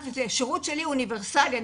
השירות שלי הוא אוניברסלי.